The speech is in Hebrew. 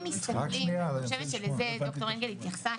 אני חושבת שלזה ד"ר אנגל התייחסה,